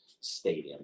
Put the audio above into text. Stadium